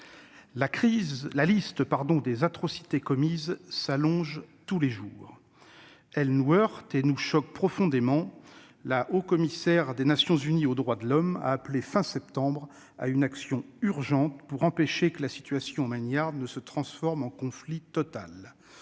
La liste des atrocités commises s'allonge tous les jours. Elles nous heurtent et nous choquent profondément. La haute-commissaire des Nations unies aux droits de l'homme a appelé fin septembre à une action urgente pour empêcher que la situation au Myanmar ne se transforme en conflit total.